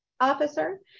officer